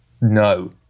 No